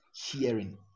hearing